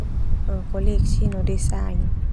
Koleksi no desain.